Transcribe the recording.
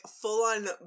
full-on